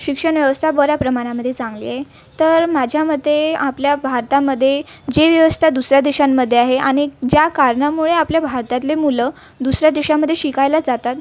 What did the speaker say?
शिक्षण व्यवस्था बऱ्या प्रमाणामध्ये चांगली आहे तर माझ्या मते आपल्या भारतामध्ये जी व्यवस्था दुसऱ्या देशांमध्ये आहे आणिक ज्या कारणामुळे आपल्या भारतातली मुलं दुसऱ्या देशामध्ये शिकायला जातात